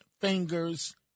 fingers